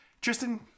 Tristan